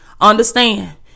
understand